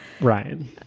Ryan